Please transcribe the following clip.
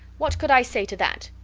what could i say to that?